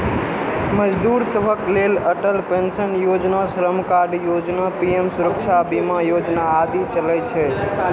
मजदूर सभक लेल अटल पेंशन योजना, श्रम कार्ड योजना, पीएम सुरक्षा बीमा योजना आदि चलै छै